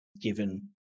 given